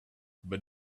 but